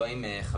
לא עם חברים,